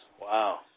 Wow